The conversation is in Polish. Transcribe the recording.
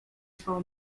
swoją